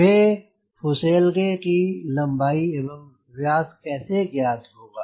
मुझे फुसेलगे की लम्बाई एवं व्यास कैसे ज्ञात होगा